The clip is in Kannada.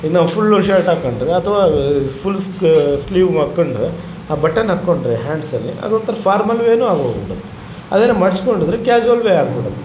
ಈಗ ನಾವು ಫುಲ್ಲು ಶರ್ಟ್ ಹಾಕೊಂಡ್ರೆ ಅಥವ ಫುಲ್ ಸ್ಕ ಸ್ಲೀವ್ಮಾಹಾಕಂಡ್ರೆ ಆ ಬಟನ್ ಹಾಕೊಂಡರೆ ಹ್ಯಾಂಡ್ಸಲ್ಲಿ ಅದೊಂಥರ ಫಾರ್ಮಲ್ ವೇನು ಆಗೋಗ್ಬಿಡುತ್ತೆ ಅದೇನು ಮಡಿಚ್ಕೊಂಡಿದ್ರೆ ಕ್ಯಾಶ್ವಲ್ ವೇ ಆಗಿಬಿಡತ್ತೆ